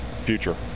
future